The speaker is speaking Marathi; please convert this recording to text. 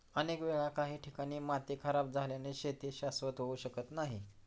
अनेक वेळा काही ठिकाणी माती खराब झाल्याने शेती शाश्वत होऊ शकत नाही